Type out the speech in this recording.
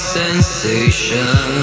sensation